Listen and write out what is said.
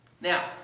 Now